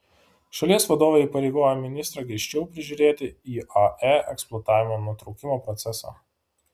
šalies vadovė įpareigojo ministrą griežčiau prižiūrėti iae eksploatavimo nutraukimo procesą